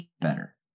better